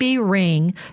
ring